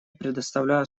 предоставляю